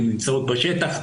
הן נמצאות בשטח.